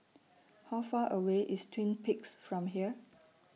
How Far away IS Twin Peaks from here